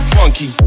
Funky